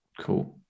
Cool